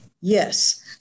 Yes